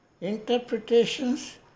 Interpretations